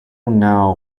now